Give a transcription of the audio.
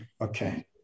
Okay